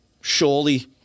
surely